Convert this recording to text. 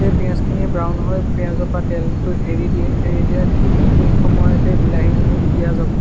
যেই পিয়াঁজখিনি ব্ৰাউন হ'ল পিয়াঁজৰ পৰা তেলটো এৰি দিয়ে এৰি দিলত ঠিক সেই সময়তে বিলাহীখিনি দি দিয়া যাব